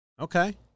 Okay